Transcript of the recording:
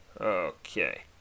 Okay